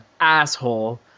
asshole